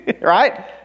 Right